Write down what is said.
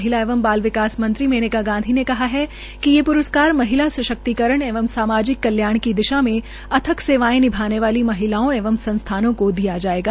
महिला एवं बाल विकास मंत्री मेनका गांधी ने कहा कि ये प्रस्कार महिला सशक्ति करण एवं सामाजिक कल्याण की दिशा में अथक सेवायें निभाने वाली महिलाओं एवं संस्थानों को दिया जायेगा